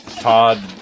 Todd